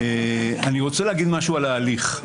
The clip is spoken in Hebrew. אני רוצה להגיד משהו על ההליך.